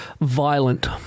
Violent